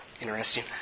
interesting